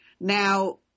Now